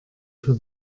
für